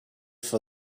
for